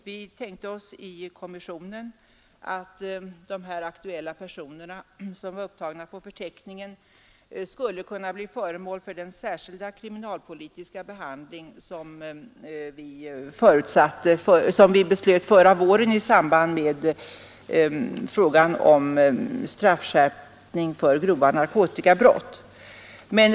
Vi tänkte oss i kommissionen att de personer som är upptagna på förteckningen skulle kunna bli föremål för den särskilda kriminalpolitiska behandling som vi beslöt om förra året i samband med straffskärpningen för grova narkotikabrott.